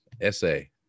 essay